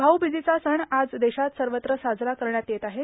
भाऊबीजेचा सण आज देशात सर्वत्र साजरा करण्यात येत आहे